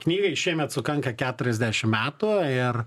knygai šiemet sukanka keturiasdešim metų ir